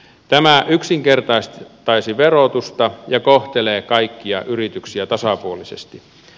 tämä yksinkertaistaisi verotusta ja kohtelee kaikkia yrityksiä tasapuolisesti